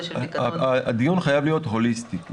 של הפיקדון --- הדיון חייב להיות הוליסטי.